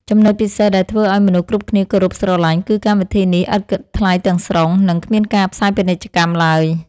ចំណុចពិសេសដែលធ្វើឱ្យមនុស្សគ្រប់គ្នាគោរពស្រឡាញ់គឺកម្មវិធីនេះឥតគិតថ្លៃទាំងស្រុង និង គ្មានការផ្សាយពាណិជ្ជកម្មឡើយ។